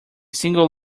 single